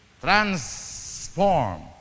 Transform